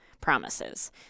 promises